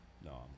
No